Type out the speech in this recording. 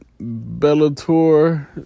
Bellator